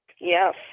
Yes